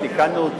שתיקנו,